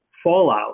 fallout